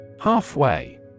Halfway